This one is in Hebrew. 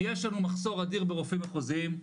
יש לנו מחסור אדיר ברופאים מחוזיים,